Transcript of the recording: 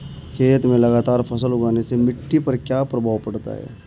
खेत में लगातार फसल उगाने से मिट्टी पर क्या प्रभाव पड़ता है?